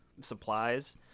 supplies